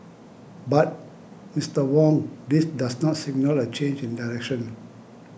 but Mister Wong this does not signal a change in direction